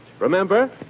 Remember